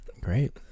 great